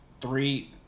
three